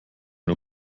nur